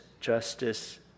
justice